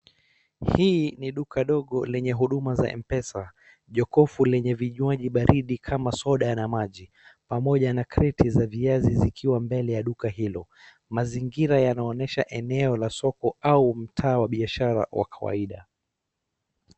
Hii ni duka dogo lenye huduma za mpesa. Jokofu lenye vinywaji baridi kama soda na maji pamoja na kreti za viazi zikiwa mbele ya duka hilo. Mazingira yanaonyesha eneo la soko au mtaa wa biashara wa kawaida.